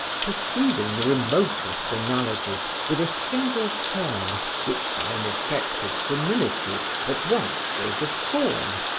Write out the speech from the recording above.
perceiving the remotest analogies, with a single term which by an effect of similitude at once gave the form,